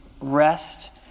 rest